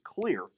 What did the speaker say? clear